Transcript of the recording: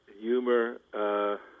humor